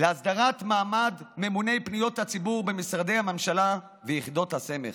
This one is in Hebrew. להסדרת מעמד ממוני פניות הציבור במשרדי הממשלה ויחידות הסמך.